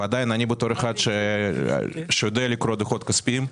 עדיין, בתור אחד שיודע לקרוא דוחות כספיים,